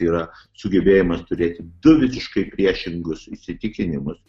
yra sugebėjimas turėti du visiškai priešingus įsitikinimus